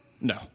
No